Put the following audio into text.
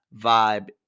vibe